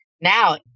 now